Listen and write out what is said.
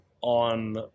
on